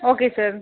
okay sir